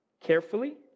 Carefully